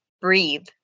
breathe